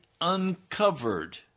uncovered